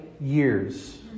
years